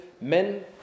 Men